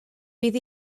bydd